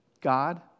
God